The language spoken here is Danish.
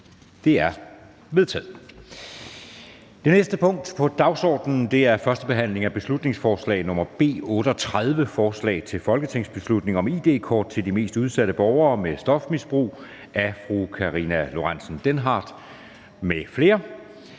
Det er vedtaget. --- Det næste punkt på dagsordenen er: 9) 1. behandling af beslutningsforslag nr. B 38: Forslag til folketingsbeslutning om id-kort til de mest udsatte borgere med stofmisbrug. Af Karina Lorentzen Dehnhardt (SF) m.fl.